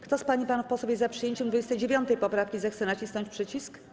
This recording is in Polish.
Kto z pań i panów posłów jest za przyjęciem 29. poprawki, zechce nacisnąć przycisk.